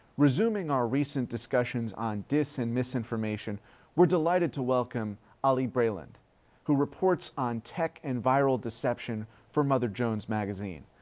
resuming our recent discussions on dis and misinformation we're delighted to welcome ali breland who reports on tech and viral deception for mother jones magazine.